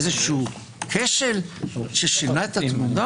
איזה כשל ששינה את התמונה?